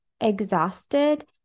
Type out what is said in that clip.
exhausted